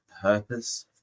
purpose